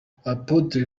apotre